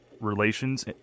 relations